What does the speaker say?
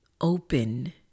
open